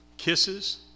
Kisses